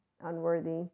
unworthy